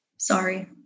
Sorry